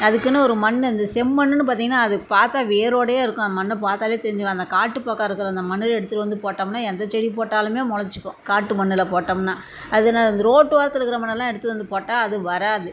அதுக்குன்னு ஒரு மண் அந்த செம்மண்ணுன்னு பார்த்தீங்கனா அது பார்த்தா வேரோடையே இருக்கும் அந்த மண்ணை பார்த்தாலே தெரிஞ்சிடும் அந்த காட்டு பக்கம் இருக்கிற அந்த மணலை எடுத்துகிட்டு வந்து போட்டோம்னால் எந்த செடி போட்டாலுமே மொளைச்சிக்கும் காட்டு மண்ணில் போட்டோம்னால் அது என்னது இந்த ரோட்டோரத்தில் இருக்கிற மண்ணெலாம் எடுத்துகிட்டு வந்து போட்டால் அது வராது